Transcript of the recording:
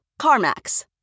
CarMax